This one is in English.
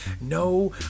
no